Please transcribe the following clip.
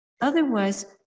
Otherwise